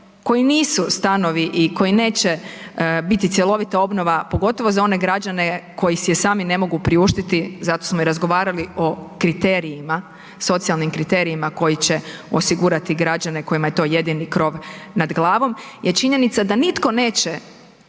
koji nisu stanovi i koji neće biti cjelovita obnova pogotovo za one građane koji si je sami ne mogu priuštiti zato smo i razgovarali o kriterijima, socijalnim kriterijima koji će osigurati građane kojima je to jedini krov nad glavom, je činjenica da nitko neće